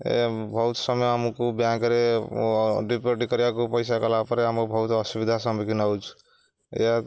ଏ ବହୁତ ସମୟ ଆମକୁ ବ୍ୟାଙ୍କରେ ଡିପୋଜିଟ୍ କରିବାକୁ ପଇସା କଲା ପରେ ଆମକୁ ବହୁତ ଅସୁବିଧାର ସମ୍ମୁଖୀନ ହେବାକୁ ପଡ଼ୁଛି ଏହା